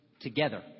together